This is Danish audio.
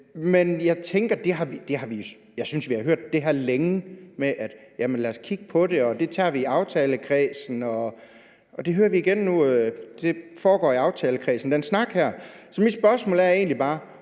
er kommet med her. Men jeg synes, vi har hørt det her længe, det her med at sige: Lad os kigge på det, og det tager vi i aftalekredsen. Nu hører vi igen, at den snak her foregår i aftalekredsen. Så mit spørgsmål er egentlig bare: